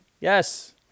Yes